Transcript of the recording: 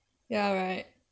ya right